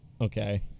Okay